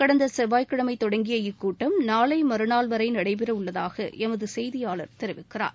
கடந்த செவ்வாய் கிழமை தொடங்கிய இக்கூட்டம் நாளை மறுநாள் வரை நடைபெற உள்ளதாக எமது செய்தியாளர் தெரிவிக்கிறார்